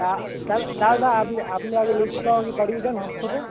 তা দাদা দাদা আপনি আপনি আগে লিস্টগুলো আমাকে পাঠিয়ে দেন হোয়াটসাপে